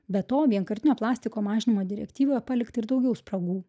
be to vienkartinio plastiko mažinimo direktyvoje palikta ir daugiau spragų